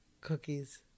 Cookies